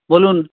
বলুন